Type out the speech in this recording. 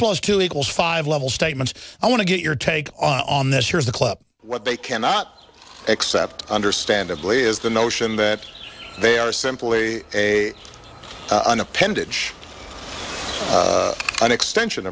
plus two equals five level statements i want to get your take on this here's the clip what they cannot accept understandably is the notion that they are simply a an appendage an extension